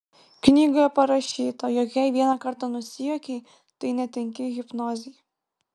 knygoje parašyta jog jei vieną kartą nusijuokei tai netinki hipnozei